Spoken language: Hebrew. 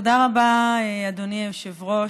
תודה רבה, אדוני היושב-ראש.